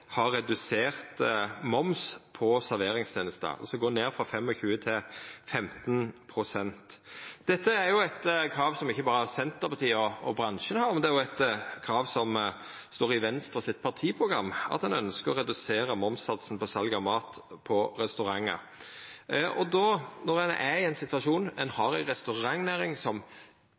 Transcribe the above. har hatt, og som Senterpartiet støttar, er å ha redusert moms på serveringstenester, altså gå ned frå 25 til 15 pst. Dette er eit krav som ikkje berre Senterpartiet og bransjen har, men det er eit krav som står i Venstres partiprogram, at ein ønskjer å redusera momssatsen på sal av mat på restaurantar. Når ein då er i ein situasjon med ei restaurantnæring som for alvor treng det, ein har